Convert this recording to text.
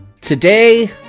Today